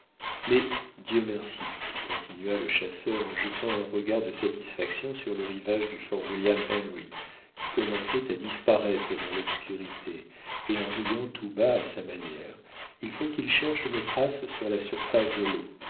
mais dieu merci continua le chasseur en jetant un regard de satisfaction sur le rivage du fort william henry qui commençait à disparaître dans l'obscurité et en riant tout bas à sa manière il faut qu'ils cherchent nos traces sur la surface de l'eau